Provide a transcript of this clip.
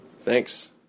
thanks